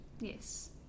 yes